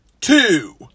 two